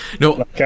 No